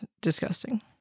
disgusting